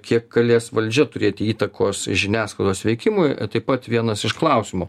kiek galės valdžia turėti įtakos žiniasklaidos veikimui taip pat vienas iš klausimų